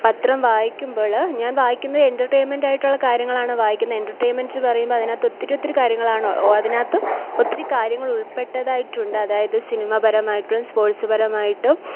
പത്രം വായിക്കുമ്പോൾ ഞാൻ വായിക്കുന്നത് എൻറ്റർറ്റെയിൻമെൻറ്റായിയിട്ടുള്ള കാര്യങ്ങളാണ് വായിക്കുന്ന എൻറ്റർറ്റെയിൻമെൻറ്റ് പറയുമ്പോൾ അതിനകത്ത് ഒത്തിരി ഒത്തിരി കാര്യങ്ങളാണ് ഓ അതിനകത്ത് ഒത്തിരി കാര്യങ്ങൾ ഉൾപ്പെട്ടതായിട്ടുണ്ട് അതായത് സിനിമാ പരമായിട്ടും സ്പോർട്സ് പരമായിട്ടും